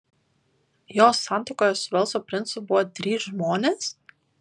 jos santuokoje su velso princu buvo trys žmonės